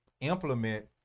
implement